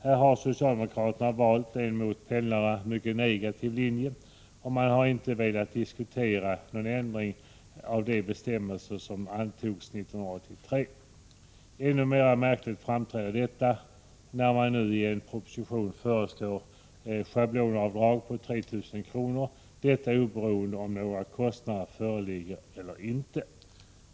Här har socialdemokraterna valt en mot pendlarna mycket negativ linje, och man har inte velat diskutera någon ändring av de bestämmelser som antogs 1983. Detta framstår som ännu mer märkligt, när regeringen nu i en proposition föreslår ett schablonavdrag på 3 000 kr., oberoende av om några kostnader föreligger eller inte.